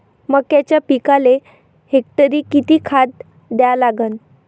मक्याच्या पिकाले हेक्टरी किती खात द्या लागन?